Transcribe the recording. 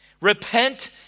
Repent